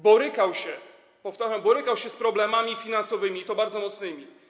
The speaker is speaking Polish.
borykał się - powtarzam: borykał się - z problemami finansowymi, i to bardzo mocnymi.